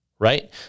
right